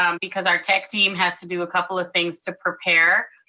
um because our tech team has to do a couple of things to prepare,